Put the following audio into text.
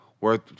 worth